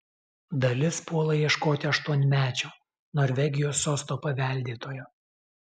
dalis puola ieškoti aštuonmečio norvegijos sosto paveldėtojo